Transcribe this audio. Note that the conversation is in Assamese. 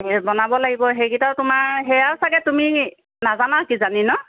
বনাব লাগিব সেইকেইটাও তোমাৰ সেয়াও চাগে তুমি নাজানা কিজানি নহ্